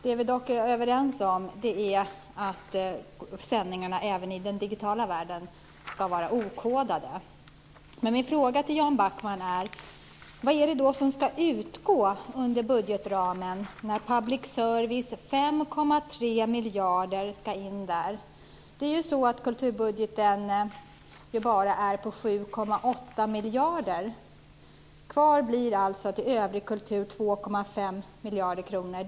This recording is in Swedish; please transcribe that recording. Det vi dock är överens om är att sändningarna även i den digitala världen ska vara okodade. Min fråga till Jan Backman är: Vad är det som ska utgå under budgetramen när public service s 5,3 miljarder ska in där? Kulturbudgeten är ju bara på 7,8 miljarder. Kvar till övrig kultur blir alltså 2,5 miljarder kronor.